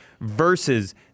versus